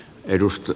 kiitos